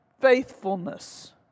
faithfulness